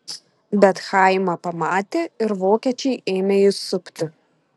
bet chaimą pamatė ir vokiečiai ėmė jį supti